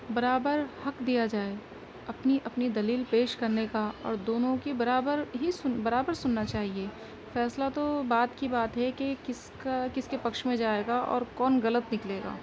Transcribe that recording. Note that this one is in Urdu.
برابر حق دیا جائے اپنی اپنی دلیل پیش کرنے کا اور دونوں کی برابر ہی سن برابر ہی سننا چاہیے فیصلہ تو بعد کی بات ہے کہ کس کا کس کے پکچھ میں جائے گا اور کون غلط نکلے گا